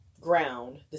ground